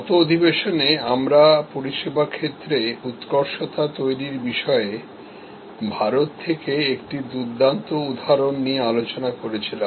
গত সেশনে আমরা বৃহত্তর পরিষেবা তৈরির বিষয়ে ভারত থেকে একটি দুর্দান্ত উদাহরণ নিয়ে আলোচনা করছিলাম